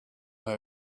they